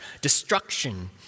destruction